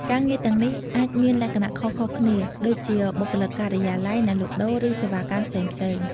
ការងារទាំងនេះអាចមានលក្ខណៈខុសៗគ្នា ដូចជាបុគ្គលិកការិយាល័យ អ្នកលក់ដូរ ឬសេវាកម្មផ្សេងៗ។